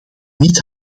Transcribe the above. niet